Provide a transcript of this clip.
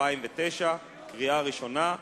קריאה ראשונה.